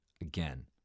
again